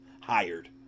hired